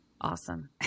Awesome